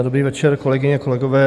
Dobrý večer, kolegyně, kolegové.